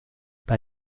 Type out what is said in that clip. bei